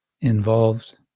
Involved